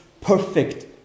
perfect